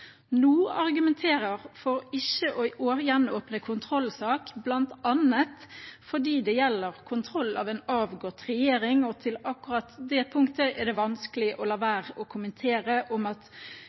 nå argumenterer for ikke å gjenåpne kontrollsak, bl.a. fordi det gjelder kontroll av en avgått regjering. Til akkurat det punktet er det vanskelig å la være å kommentere at om